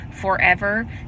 forever